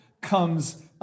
comes